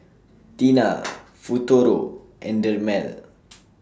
Tena Futuro and Dermale